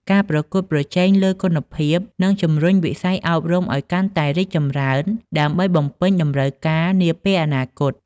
ការប្រកួតប្រជែងលើគុណភាព នឹងជំរុញវិស័យអប់រំឲ្យកាន់តែរីកចម្រើនដើម្បីបំពេញតម្រូវការនាពេលអនាគត។